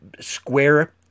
Square